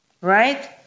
right